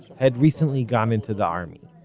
had recently gone into the army.